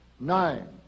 Nine